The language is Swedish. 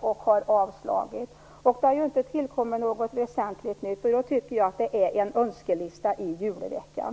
och avslagit dem, och det har inte tillkommit något väsentligt nytt. Därför tycker jag att detta är en önskelista i julveckan.